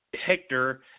Hector